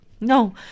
No